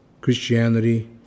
Christianity